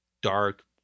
dark